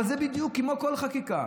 אבל זה כמו כל חקיקה,